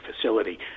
facility